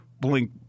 blink